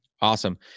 Awesome